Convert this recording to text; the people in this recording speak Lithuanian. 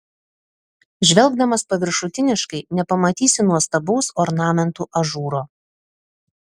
žvelgdamas paviršutiniškai nepamatysi nuostabaus ornamentų ažūro